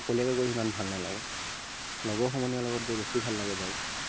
অকলশৰীয়াকৈ গৈ সিমান ভাল নালাগে লগৰ সমনীয়াৰ লগত গৈ বেছি ভাল লাগে বাইক